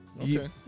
Okay